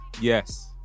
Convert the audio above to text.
yes